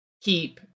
keep